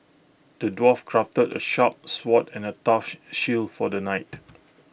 the dwarf crafted A sharp sword and A tough shield for the knight